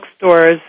bookstores